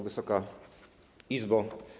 Wysoka Izbo!